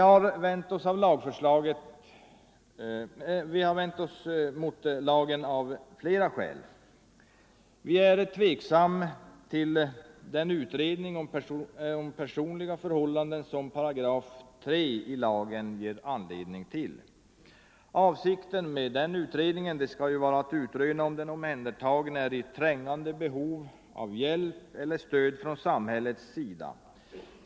lagen om tillfälligt Vi har vänt oss mot lagförslaget av flera skäl. Vi är tveksamma till omhändertagande den utredning om personliga förhållanden som 3 § i lagen ger anledning till. Avsikten med den utredningen skall vara att utröna om den omhändertagne är i trängande behov av hjälp eller stöd från samhällets sida.